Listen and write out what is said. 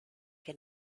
que